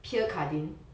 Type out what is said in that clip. pierre cardin